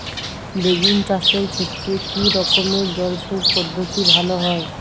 বেগুন চাষের ক্ষেত্রে কি রকমের জলসেচ পদ্ধতি ভালো হয়?